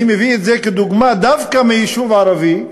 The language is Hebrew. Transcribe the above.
אני מביא את זה כדוגמה דווקא מיישוב ערבי,